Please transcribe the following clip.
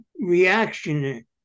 reactionary